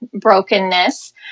brokenness